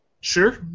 Sure